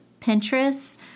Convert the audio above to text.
Pinterest